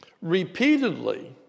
repeatedly